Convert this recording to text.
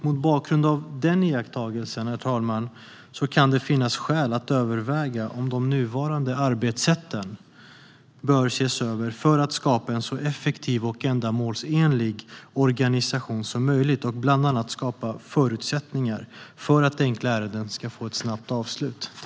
Mot bakgrund av den iakttagelsen, herr talman, kan det finnas skäl att överväga om de nuvarande arbetssätten bör ses över för att skapa en så effektiv och ändamålsenlig organisation som möjligt och bland annat skapa förutsättningar för att enkla ärenden ska få ett snabbt avslut.